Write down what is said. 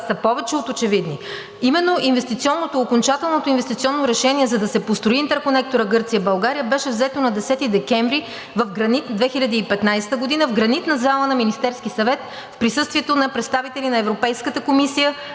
са повече от очевидни. Именно окончателното инвестиционно решение, за да се построи интерконекторът Гърция – България, беше взето на 10 декември 2015 г. в Гранитната зала на Министерския съвет в присъствието на представители на Европейската комисия,